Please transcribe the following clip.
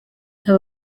aba